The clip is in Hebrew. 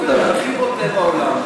באופן הכי בוטה בעולם.